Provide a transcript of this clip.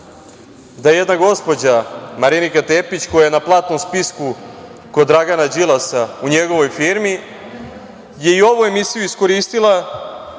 da jedna gospođa Marinika Tepić, koja je na platnom spisku kod Dragana Đilasa, u njegovoj firmi, je i ovu emisiju iskoristili